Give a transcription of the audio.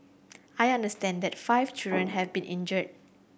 I understand that five children have been injured